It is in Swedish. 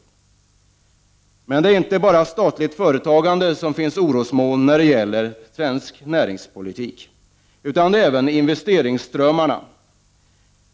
Det är emellertid inte bara det statliga företagandet som är orosmoln i svenskt näringsliv, utan även investeringsströmmarna ger anledning till oro.